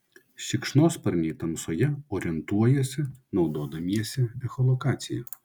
šikšnosparniai tamsoje orientuojasi naudodamiesi echolokacija